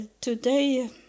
today